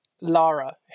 Lara